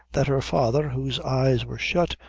that her father, whose eyes were shut,